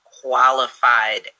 qualified